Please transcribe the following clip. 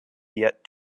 yet